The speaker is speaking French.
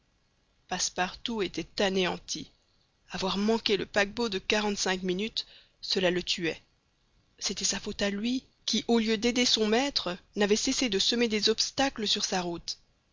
passepartout était anéanti avoir manqué le paquebot de quarante-cinq minutes cela le tuait c'était sa faute à lui qui au lieu d'aider son maître n'avait cessé de semer des obstacles sur sa route